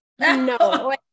No